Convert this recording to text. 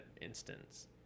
instance